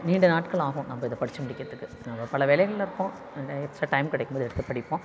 நீண்ட நாட்கள் ஆகும் நம்ம இதை படிச்சு முடிக்கிறதுக்கு அவ்வளோ பல வேலைகளில் இருப்போம் அதில் எக்ஸ்டரா டைம் கிடைக்கும் போது எடுத்து படிப்போம்